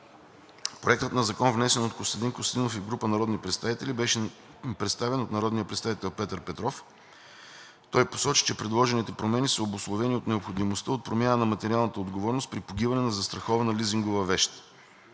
Проектът на закон, внесен от Костадин Костадинов и група народни представители, беше представен от народния представител Петър Петров. Той посочи, че предложените промени са обусловени от необходимостта от промяна на материалната отговорност при погиване на застрахована лизингова вещ.